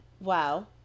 Wow